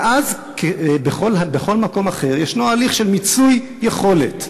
ואז, בכל מקום אחר יש הליך של מיצוי יכולת.